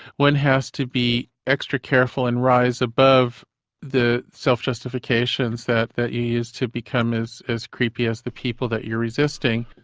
one has to be extra careful and rise above the self-justifications self-justifications that you use to become as as creepy as the people that you're resisting.